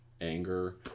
anger